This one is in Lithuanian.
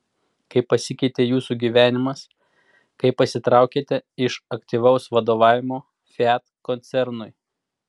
kaip pasikeitė jūsų gyvenimas kai pasitraukėte iš aktyvaus vadovavimo fiat koncernui